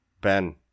Ben